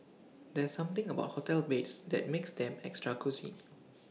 there's something about hotel beds that makes them extra cosy